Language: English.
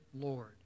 Lord